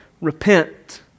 Repent